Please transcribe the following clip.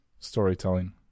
Storytelling